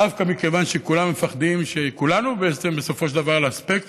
דווקא מכיוון שכולם מפחדים שכולנו בעצם בסופו של דבר על הספקטרום,